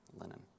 linen